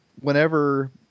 whenever